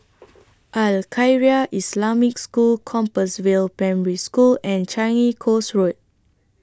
Al Khairiah Islamic School Compassvale Primary School and Changi Coast Road